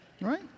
Right